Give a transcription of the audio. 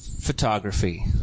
photography